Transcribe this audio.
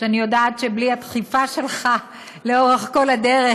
שאני יודעת שבלי הדחיפה שלך לאורך כל הדרך,